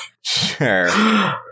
Sure